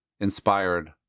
inspired